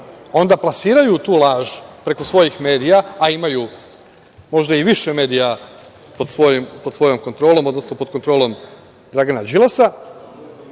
onda plasiraju tu laž preko svojih medija, a imaju možda i više medija pod svojom kontrolom, odnosno pod kontrolom Dragana Đilasa